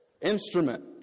instrument